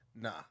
nah